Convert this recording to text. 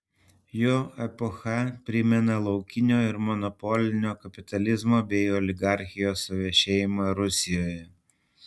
jo epocha primena laukinio ir monopolinio kapitalizmo bei oligarchijos suvešėjimą rusijoje